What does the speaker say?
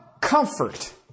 comfort